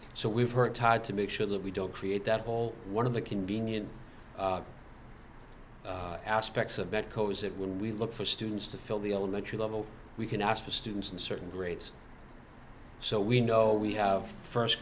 so we've heard todd to make sure that we don't create that hole one of the convenient aspects of that co's that when we look for students to fill the elementary level we can ask for students in certain grades so we know we have first